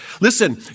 Listen